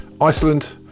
Iceland